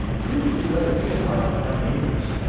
proved to be rather faint-hearted pioneers.